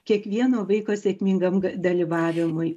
kiekvieno vaiko sėkmingam dalyvavimui